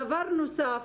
דבר נוסף,